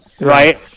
Right